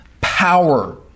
power